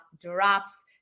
drops